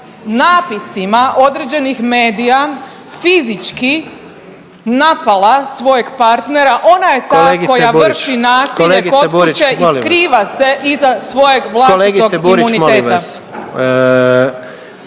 napisima određenih medija fizički napala svojeg partnera. Ona je ta koja vrši nasilje … …/Upadica: Kolegice Burić,